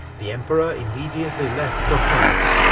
the emperor immediately left for france,